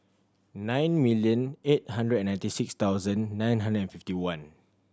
nine million eight hundred and ninety six thousand nine hundred and fifty one